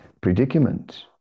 predicament